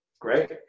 Great